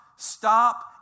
Stop